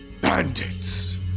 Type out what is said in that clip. bandits